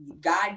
God